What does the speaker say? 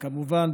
וכמובן,